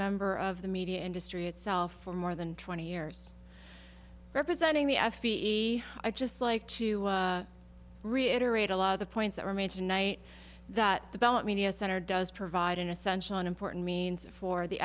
member of the media industry itself for more than twenty years representing the f b i just like to reiterate a lot of the points that are made tonight that the ballad media center does provide an essential an important means for the